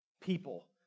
people